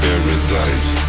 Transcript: Paradise